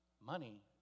money